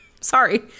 sorry